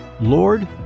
Lord